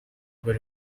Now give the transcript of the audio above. bari